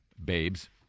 Babes